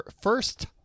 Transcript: first